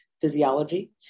physiology